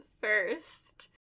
first